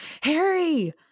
Harry